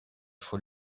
faut